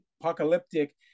apocalyptic